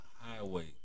highway